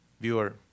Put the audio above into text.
viewer